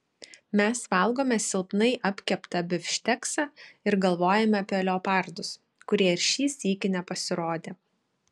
mes valgome silpnai apkeptą bifšteksą ir galvojame apie leopardus kurie ir šį sykį nepasirodė